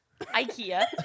Ikea